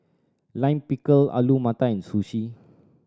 Lime Pickle Alu Matar and Sushi